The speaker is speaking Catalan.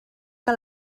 que